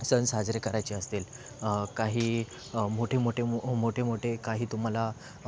सण साजरे करायचे असतील काही मोठे मोठे मोठे मोठे काही तुम्हाला